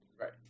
right